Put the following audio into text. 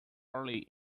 early